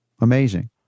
amazing